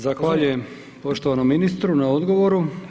Zahvaljujem poštovanom ministru na odgovoru.